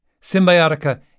Symbiotica